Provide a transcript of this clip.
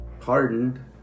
Pardoned